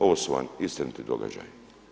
Ovo su vam istiniti događaji.